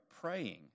praying